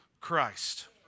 Christ